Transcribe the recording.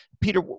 Peter